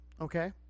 okay